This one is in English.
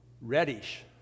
reddish